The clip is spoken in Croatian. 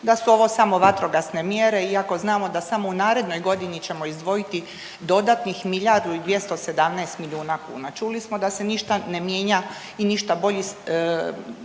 da su ovo samo vatrogasne mjere iako znamo da samo u narednoj godini ćemo izdvojiti dodatnih milijardu i 217 milijuna kuna. Čuli smo da se ništa ne mijenja i ništa bolji